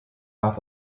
off